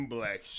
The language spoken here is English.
Black